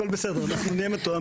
הכל בסדר, אנחנו נהיה מתואמים.